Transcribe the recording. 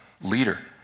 leader